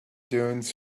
dunes